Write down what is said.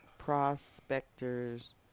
Prospectors